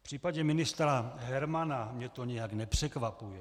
V případě ministra Hermana mě to nijak nepřekvapuje.